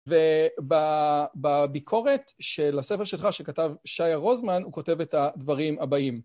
ובביקורת של הספר שלך שכתב שיה רוזמן, הוא כותב את הדברים הבאים.